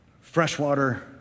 Freshwater